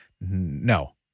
No